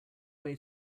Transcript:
way